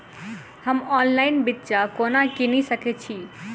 हम ऑनलाइन बिच्चा कोना किनि सके छी?